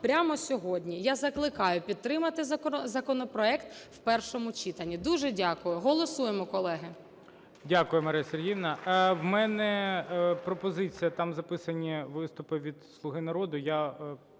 прямо сьогодні. Я закликаю підтримати законопроект в першому читанні. Дуже дякую. Голосуємо, колеги. ГОЛОВУЮЧИЙ. Дякую Марія Сергіївна. В мене пропозиція, там записані виступи від "Слуги народу",